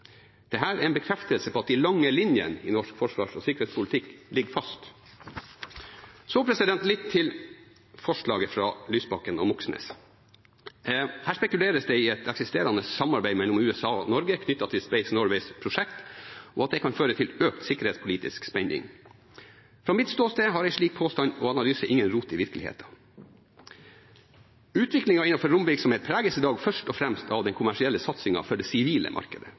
Moxnes. Her spekuleres det i et eksisterende samarbeid mellom USA og Norge knyttet til Space Norways prosjekt, og at det kan føre til økt sikkerhetspolitisk spenning. Fra mitt ståsted har en slik påstand og analyse ingen rot i virkeligheten. Utviklingen innenfor romvirksomhet preges i dag først og fremst av den kommersielle satsingen for det sivile markedet.